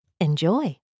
Enjoy